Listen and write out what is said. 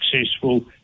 successful